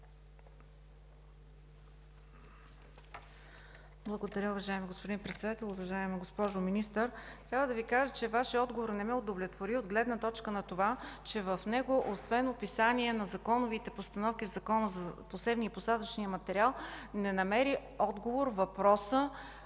Благодаря, уважаеми господин Председател. Уважаема госпожо Министър, трябва да Ви кажа, че Вашият отговор не ме удовлетвори от гледна точка на това, че в него освен описание на законовите постановки в Закона за посевния и посадъчния материал не намери отговор въпросът